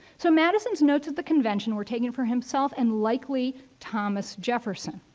so, madison's notes at the convention were taken for himself and likely thomas jefferson.